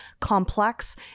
complex